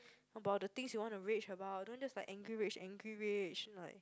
about the things you want to rage about don't just like angry rage angry rage like